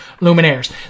luminaires